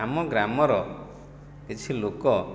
ଆମ ଗ୍ରାମର କିଛି ଲୋକ